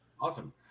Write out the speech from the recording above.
Awesome